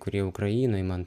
kurie ukrainoj man